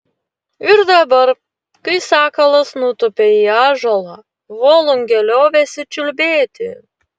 ir dabar kai sakalas nutūpė į ąžuolą volungė liovėsi čiulbėti